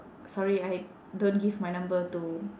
sorry I don't give my number to